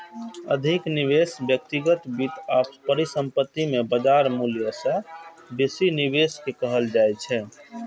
अधिक निवेश व्यक्तिगत वित्त आ परिसंपत्ति मे बाजार मूल्य सं बेसी निवेश कें कहल जाइ छै